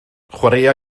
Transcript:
chwaraea